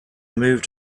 moved